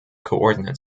coordinate